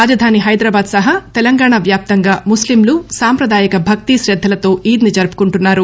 రాజధాని హైదరాబాద్ సహా తెలంగాణ వ్యాస్తంగా ముస్లింలు సాంప్రదాయ భక్తి శ్రద్ధలతో ఈద్ ను జరుపుకుంటున్నారు